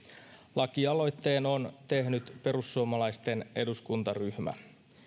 lakialoitteen on tehnyt perussuomalaisten eduskuntaryhmä